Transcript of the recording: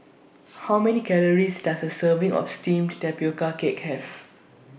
How Many Calories Does A Serving of Steamed Tapioca Cake Have